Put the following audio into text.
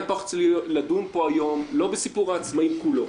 היה צריך לדון פה היום לא בסיפור העצמאים כולו.